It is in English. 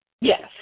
Yes